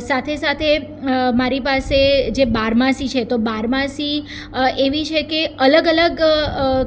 સાથે સાથે મારી પાસે જે બારમાસી છે તો બારમાસી એવી છે કે અલગ અલગ